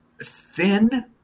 thin